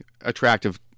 attractive